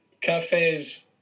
cafes